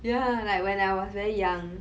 ya like when I was very young